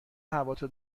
هواتو